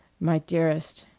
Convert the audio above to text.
my dearest,